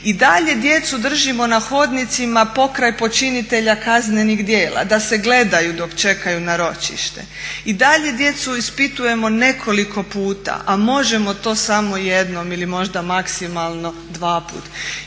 i dalje djecu držimo na hodnicima pokraj počinitelja kaznenih djela, da se gledaju dok čekaju na ročište, i dalje djecu ispitujemo nekoliko puta a možemo to samo jednom ili možda maksimalno dva put.